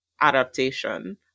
adaptation